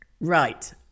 Right